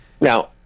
now